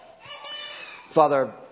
Father